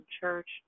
church